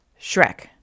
Shrek